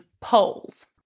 poles